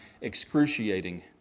excruciating